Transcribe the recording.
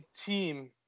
team